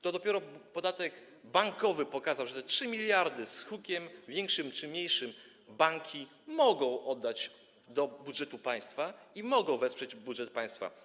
To dopiero podatek bankowy pokazał, że te 3 mld z hukiem, większym czy mniejszym, banki mogą oddać do budżetu państwa, mogą nimi wesprzeć budżet państwa.